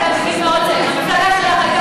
תני לי להגיד רק משפט אחד ואני נותנת לך להמשיך.